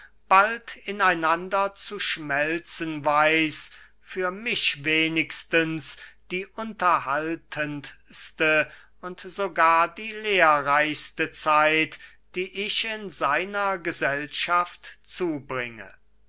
bald in einander zu schmelzen weiß für mich wenigstens die unterhaltendste und sogar die lehrreichste zeit die ich in seiner gesellschaft zubringe